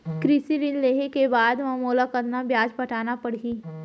कृषि ऋण लेहे के बाद म मोला कतना ब्याज पटाना पड़ही?